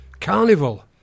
Carnival